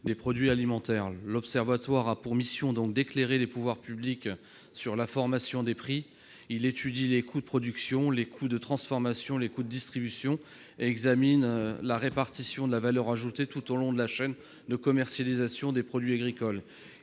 des produits alimentaires. L'Observatoire a pour mission d'éclairer les pouvoirs publics sur la formation des prix. Il étudie les coûts de production, les coûts de transformation, les coûts de distribution et examine la répartition de la valeur ajoutée tout au long de la chaîne de commercialisation des produits agricoles.